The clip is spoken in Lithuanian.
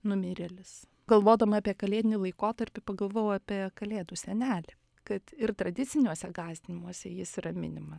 numirėlis galvodama apie kalėdinį laikotarpį pagalvojau apie kalėdų senelį kad ir tradiciniuose gąsdinimuose jis jis yra minimas gąsdinimas taip kad